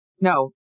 no